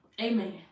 Amen